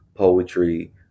poetry